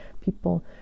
people